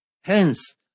hence